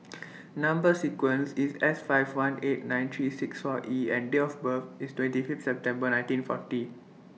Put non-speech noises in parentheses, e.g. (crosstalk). (noise) Number sequence IS S five one eight nine three six four E and Date of birth IS twenty Fifth September nineteen forty